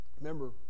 Remember